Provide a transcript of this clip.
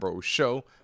Show